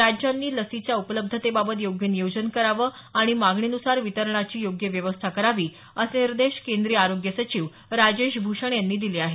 राज्यांनी लसीच्या उपलब्धतेबाबत योग्य नियोजन करावं आणि मागणीन्सार वितरणाची योग्य व्यवस्था करावी असे निर्देश केंद्रीय आरोग्य सचिव राजेश भूषण यांनी दिले आहेत